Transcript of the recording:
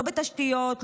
לא בתשתיות,